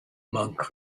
monk